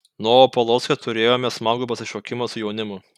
novopolocke turėjome smagų pasišokimą su jaunimu